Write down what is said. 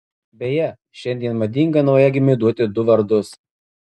beje šiandien madinga naujagimiui duoti du vardus